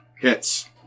Hits